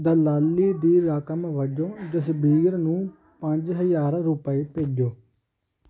ਦਲਾਲੀ ਦੀ ਰਕਮ ਵਜੋਂ ਜਸਬੀਰ ਨੂੰ ਪੰਜ ਹਜ਼ਾਰ ਰੁਪਏ ਭੇਜੋ